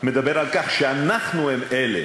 מדבר על כך שאנחנו אלה